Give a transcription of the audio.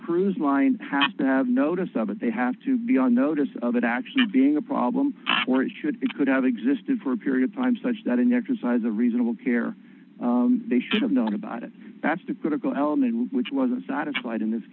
cruise line has to have notice of it they have to be on notice of it actually being a problem where it should be could have existed for a period time such that an exercise a reasonable care they should have known about it that's the critical element which wasn't satisfied in this